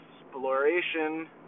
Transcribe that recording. exploration